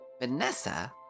Vanessa